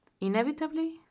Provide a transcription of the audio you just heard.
Inevitably